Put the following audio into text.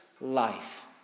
Life